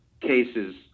cases